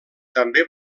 també